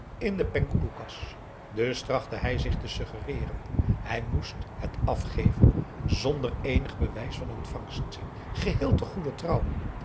in de penghoeloe kas dus trachtte hij zich te suggereeren hij moest het afgeven zonder eenig bewijs van ontvangst geheel te goeder trouw